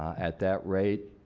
at that rate,